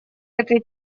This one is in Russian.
этой